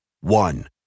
One